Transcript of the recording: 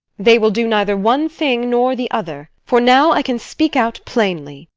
they will do neither one thing nor the other for now i can speak out plainly.